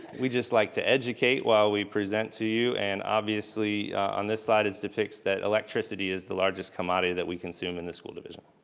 we just like to educate while we present to you and obviously on this slide, it depicts that electricity is the largest commodity that we consume in the school division.